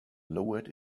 lowered